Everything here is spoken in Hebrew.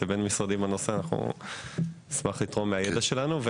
בין משרדי בנושא אנחנו נשמח לתרום מהידע שלנו.